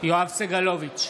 יואב סגלוביץ'